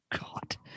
God